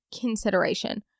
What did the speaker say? consideration